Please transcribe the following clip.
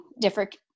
different